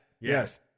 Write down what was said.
Yes